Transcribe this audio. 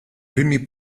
primi